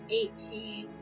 eighteen